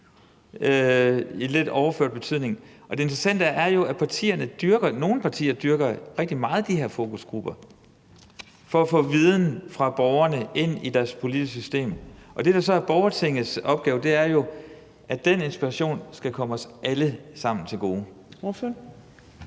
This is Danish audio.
i lidt overført betydning. Det interessante er jo, at nogle partier dyrker de her fokusgrupper rigtig meget for at få viden fra borgerne ind i deres politiske system. Det, der så er borgertingets opgave er at få den inspiration til at komme os alle sammen til gode.